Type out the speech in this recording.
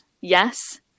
yes